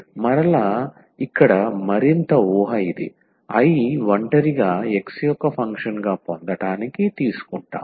మరలా ఇక్కడ మరింత ఊహ ఇది I ఒంటరిగా x యొక్క ఫంక్షన్ గా పొందటానికి తీసుకుంటాము